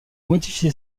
modifié